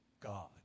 God